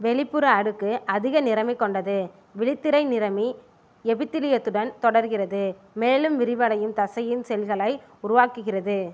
வெளிப்புற அடுக்கு அதிக நிறமி கொண்டது விழித்திரை நிறமி எபிதிலியத்துடன் தொடர்கிறது மேலும் விரிவடையும் தசையின் செல்களை உருவாக்குகிறது